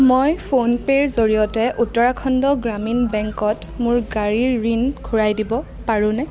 মই ফোনপে'ৰ জৰিয়তে উত্তৰাখণ্ড গ্ৰামীণ বেংকত মোৰ গাড়ীৰ ঋণ ঘূৰাই দিব পাৰোনে